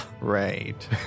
Right